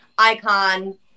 icon